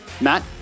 Matt